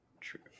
True